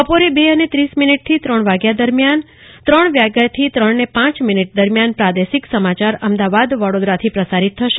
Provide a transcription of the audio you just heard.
બપોરે બે અને ત્રીસ મીનીટથી ત્રણ વાગ્યા દરમિયાન ત્રણ વાગ્યાથી ત્રણને પાંચ મિનીટ દરમિયાન પ્રાદેશિક સમાચાર અમદાવાદ વડોદરાથી પ્રસારીત થશે